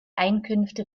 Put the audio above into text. einkünfte